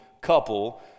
couple